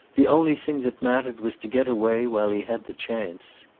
the only thing that mattered was to get away while he had the chance.